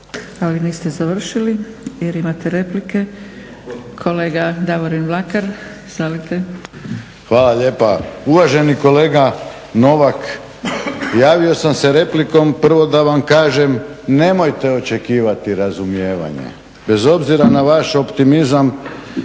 Ali niste završili jer imate replike. Kolega Davorim Mlakar. Izvolite. **Mlakar, Davorin (HDZ)** Hvala lijepa. Uvaženi kolega Novak, javio sam se replikom prvo da vam kažem nemojte očekivati razumijevanje bez obzira na vaš optimizam